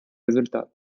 результат